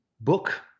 book